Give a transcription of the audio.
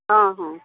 ହଁ ହଁ